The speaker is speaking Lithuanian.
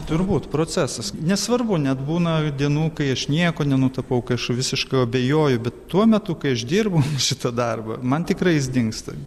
turbūt procesas nesvarbu net būna dienų kai aš nieko nenutapau kai aš visiškai abejoju bet tuo metu kai aš dirbu šitą darbą man tikrai jis dingsta